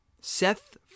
Seth